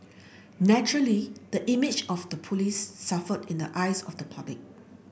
naturally the image of the police suffered in the eyes of the public